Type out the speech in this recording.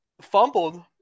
fumbled